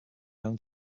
known